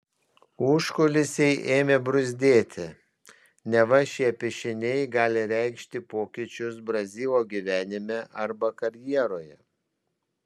užkulisiai ėmė bruzdėti neva šie piešiniai gali reikšti pokyčius brazilo gyvenime arba karjeroje